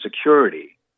security